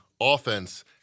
offense